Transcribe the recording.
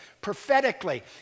prophetically